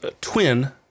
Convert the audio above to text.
twin